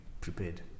prepared